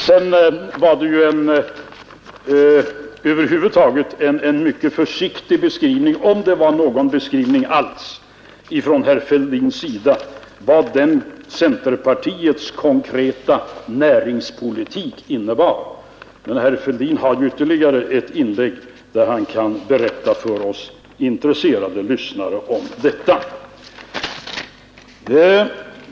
Sedan var det över huvud taget en mycket försiktig beskrivning — om det var någon beskrivning alls — från herr Fälldins sida av vad centerpartiets konkreta näringspolitik innebar. Men herr Fälldin har ju ytterligare ett inlägg där han kan berätta för oss intresserade lyssnare om detta.